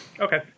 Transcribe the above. Okay